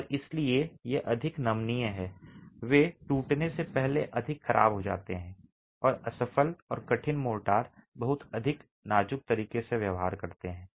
और इसलिए ये अधिक नमनीय हैं वे टूटने से पहले और अधिक खराब हो जाते हैं और असफल और कठिन मोर्टार बहुत अधिक नाजुक तरीके से व्यवहार करते हैं